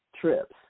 trips